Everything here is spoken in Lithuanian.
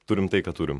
turim tai ką turim